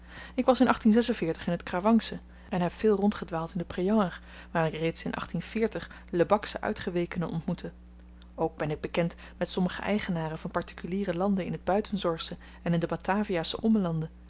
ik was in in t krawangsche en heb veel rondgedwaald in de preanger waar ik reeds in lebaksche uitgewekenen ontmoette ook ben ik bekend met sommige eigenaren van partikuliere landen in t buitenzorgsche en in de bataviasche ommelanden